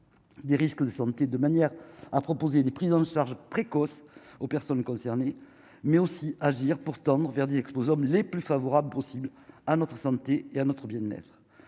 Des risques de santé, de manière à proposer des prise en charge précoce aux personnes concernées mais aussi agir pour tendre vers que nous sommes les plus favorables possibles à notre santé et à notre bien-être,